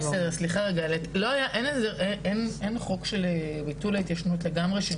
אין חוק של ביטול ההתיישנות לגמרי?